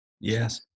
Yes